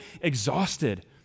exhausted